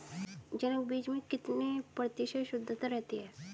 जनक बीज में कितने प्रतिशत शुद्धता रहती है?